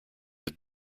have